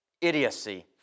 Idiocy